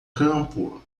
campo